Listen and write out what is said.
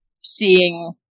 seeing